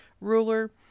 ruler